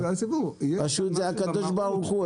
זה הקדוש ברוך הוא.